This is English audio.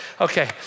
Okay